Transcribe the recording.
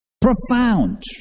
Profound